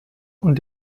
und